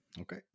Okay